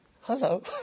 hello